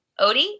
Odie